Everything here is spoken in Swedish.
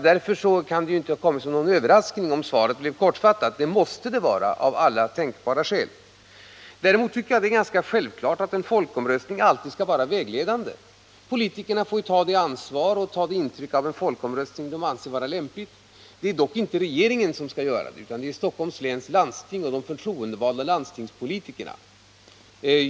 Därför kan det inte ha kommit som någon överraskning om svaret blev kortfattat. Det måste det vara, av alla tänkbara skäl. Däremot tycker jag att det är ganska självklart att en folkomröstning alltid skall vara vägledande. Politikerna får ju ta sitt ansvar och det intryck av en folkomröstning som de anser vara lämpligt. Det är dock inte regeringen som skall göra det, utan det är de förtroendevalda politikerna i Stockholms läns landsting.